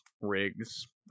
rigs